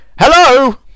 Hello